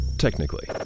technically